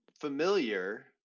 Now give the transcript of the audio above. familiar